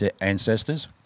ancestors